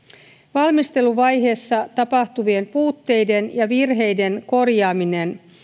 valmisteluvaiheessa tapahtuvien puutteiden ja virheiden korjaaminen